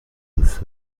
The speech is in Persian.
دوست